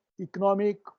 economic